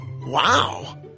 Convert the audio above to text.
wow